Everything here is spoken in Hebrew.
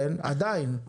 עדיין.